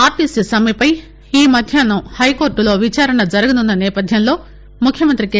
RTC సమ్మెపై ఈ మధ్యాహ్నం హైకోర్టులో విచారణ జరగనున్న నేపథ్యంలో ముఖ్యమంతి కె